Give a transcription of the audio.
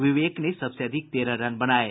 विवेक ने सबसे अधिक तेरह रन बनाये